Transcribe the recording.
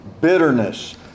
bitterness